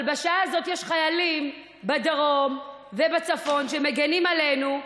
אבל בשעה הזאת יש חיילים בדרום ובצפון שמגינים עלינו.